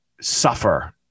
suffer